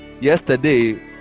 yesterday